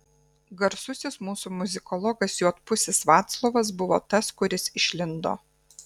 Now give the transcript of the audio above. garsusis mūsų muzikologas juodpusis vaclovas buvo tas kuris išlindo